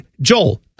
Joel